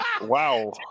Wow